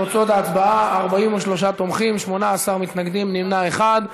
תוצאות ההצבעה: 43 תומכים, 18 מתנגדים, נמנע אחד.